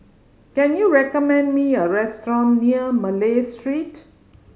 can you recommend me a restaurant near Malay Street